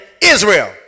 Israel